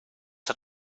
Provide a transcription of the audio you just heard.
hat